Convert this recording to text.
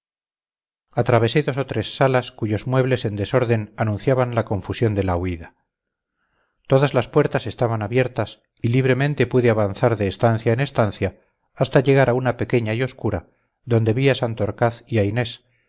atravesé dos o tres salas cuyos muebles en desorden anunciaban la confusión de la huida todas las puertas estaban abiertas y libremente pude avanzar de estancia en estancia hasta llegar a una pequeña y oscura donde vi a santorcaz y a inés